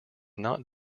not